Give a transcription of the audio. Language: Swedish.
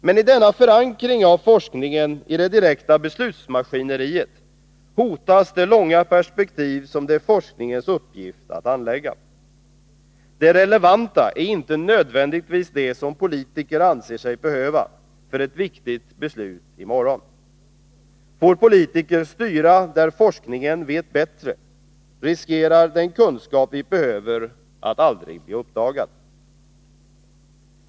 Men i denna förankring av forskningen i det direkta beslutsmaskineriet hotas det långa perspektiv som det är forskningens uppgift att anlägga. Det relevanta är inte nödvändigtvis det som politiker anser sig behöva för ett viktigt beslut i morgon. Får politiker styra där forskningen vet bättre, riskeras att den nya kunskap vi behöver aldrig blir uppdagad.